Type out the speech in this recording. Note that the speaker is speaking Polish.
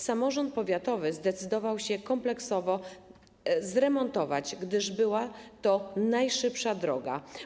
Samorząd powiatowy zdecydował się kompleksowo to wyremontować, gdyż była to najszybsza droga.